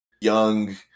young